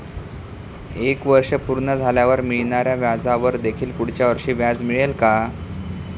एक वर्ष पूर्ण झाल्यावर मिळणाऱ्या व्याजावर देखील पुढच्या वर्षी व्याज मिळेल का?